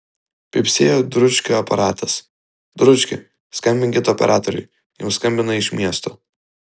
pypsėjo dručkio aparatas dručki skambinkit operatoriui jums skambina iš miesto